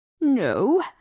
No